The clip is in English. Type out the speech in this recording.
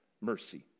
mercy